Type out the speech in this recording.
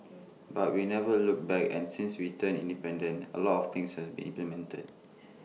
but we never looked back and since we turned independent A lot of things has been implemented